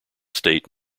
state